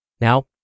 Now